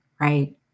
right